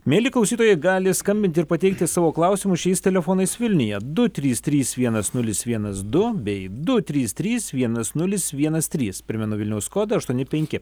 mieli klausytojai gali skambinti ir pateikti savo klausimus šiais telefonais vilniuje du trys trys vienas nulis vienas du bei du trys trys vienas nulis vienas trys primenu vilniaus kodą aštuoni penki